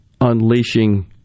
unleashing